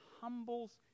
humbles